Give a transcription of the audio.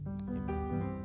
Amen